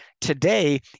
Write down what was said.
Today